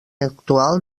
actual